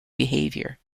behavior